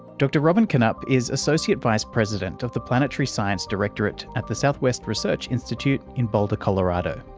dr robin canup is associate vice president of the planetary science directorate at the southwest research institute in boulder, colorado.